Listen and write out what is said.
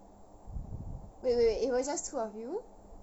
wait wait wait it was just two of you